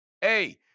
hey